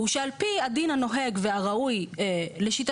הוא שעל פי הדין הנוהג והראוי לשיטתם,